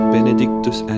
Benedictus